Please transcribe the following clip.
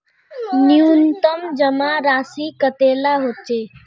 न्यूनतम जमा राशि कतेला होचे?